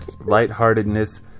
lightheartedness